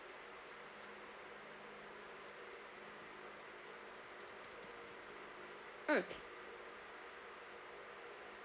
mm